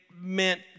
meant